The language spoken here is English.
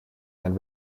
and